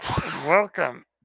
Welcome